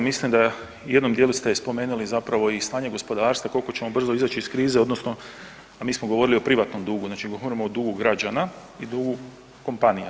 Mislim da u jednom dijelu ste i spomenuli zapravo i stanje gospodarstva koliko ćemo brzo izaći iz krize, odnosno mi smo govorili o privatnom dugu, znači govorimo o dugu građana i dugu kompanija.